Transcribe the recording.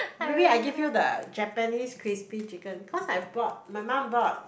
maybe I give you the Japanese crispy chicken cause I bought my mum bought